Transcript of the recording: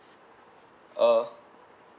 uh